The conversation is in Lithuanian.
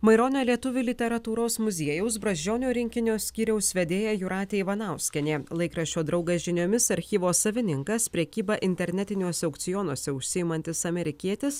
maironio lietuvių literatūros muziejaus brazdžionio rinkinio skyriaus vedėja jūratė ivanauskienė laikraščio draugas žiniomis archyvo savininkas prekyba internetiniuose aukcionuose užsiimantis amerikietis